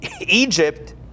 Egypt